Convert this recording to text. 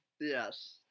Yes